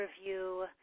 review